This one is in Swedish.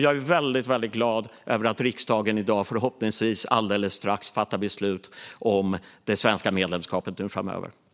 Jag är väldigt glad över att riksdagen i dag, förhoppningsvis alldeles strax, fattar beslut om det svenska medlemskapet framöver.